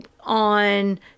on